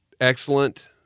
excellent